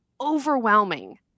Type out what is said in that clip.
overwhelming